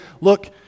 look